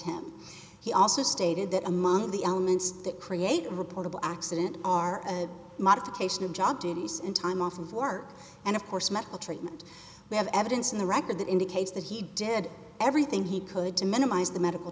him he also stated that among the elements that create reportable accident are a modification of job duties and time off of work and of course medical treatment we have evidence in the record that indicates that he did everything he could to minimize the medical